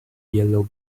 yellow